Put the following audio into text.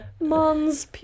mom's